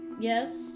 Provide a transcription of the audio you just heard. Yes